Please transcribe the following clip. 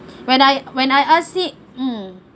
when I when I ask him mm